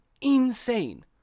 insane